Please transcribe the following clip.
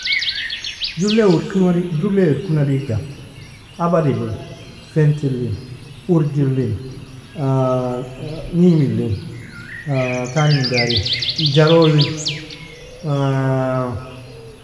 Jollei irkuna digda, abadi lin, fenti lin, urgi lin, nimi lin, Tani min dari gero lin.